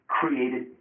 created